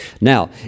Now